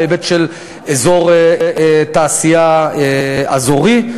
בהיבט של אזור תעשייה אזורי.